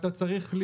אתה צריך,